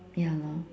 ya lor